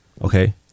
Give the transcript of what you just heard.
okay